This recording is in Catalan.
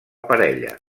parella